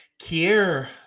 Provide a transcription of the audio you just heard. Kier